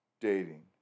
Dating